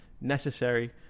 necessary